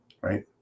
right